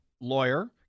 lawyer